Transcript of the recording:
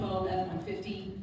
F-150